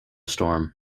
storm